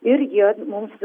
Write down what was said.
ir jie mums